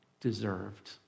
deserved